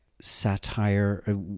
satire